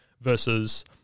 Versus